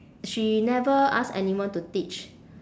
she never ask anyone to teach